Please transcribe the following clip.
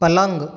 पलंग